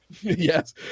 yes